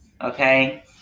Okay